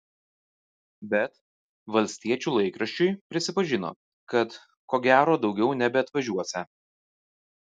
bet valstiečių laikraščiui prisipažino kad ko gero daugiau nebeatvažiuosią